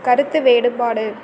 கருத்து வேறுபாடு